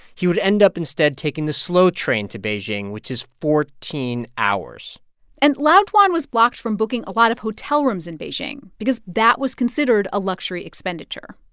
he would end up instead taking the slow train to beijing, which is fourteen hours and lao dwan was blocked from booking a lot of hotel rooms in beijing because that was considered a luxury expenditure.